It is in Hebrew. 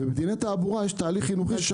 בדיני התעבורה יש תהליך חינוכי.